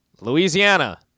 Louisiana